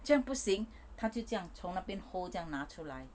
这样不行她就这样从那边 hole 这样拿出来